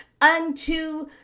unto